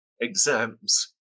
exams